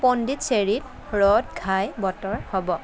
পণ্ডিচেৰীত ৰ'দঘাই বতৰ হ'ব